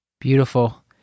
Beautiful